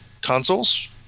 consoles